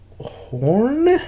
Horn